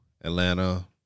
Atlanta